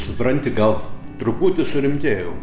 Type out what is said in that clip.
supranti gal truputį surimtėjau